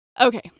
okay